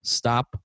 stop